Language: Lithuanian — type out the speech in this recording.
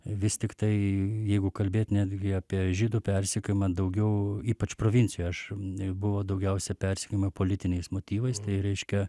vis tiktai jeigu kalbėt netgi apie žydų persekiojimą daugiau ypač provincijoj aš buvo daugiausia persekiojama politiniais motyvais tai reiškia